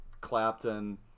Clapton